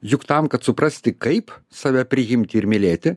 juk tam kad suprasti kaip save priimti ir mylėti